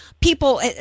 people